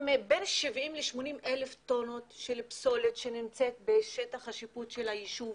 בין 70,000 ל-80,000 טון של פסולת שנמצאת בשטח השיפוט של היישוב.